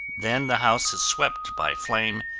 then the house is swept by flame,